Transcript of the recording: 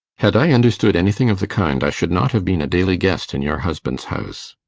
had i understood anything of the kind, i should not have been a daily guest in your husband's house.